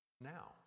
now